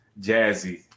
Jazzy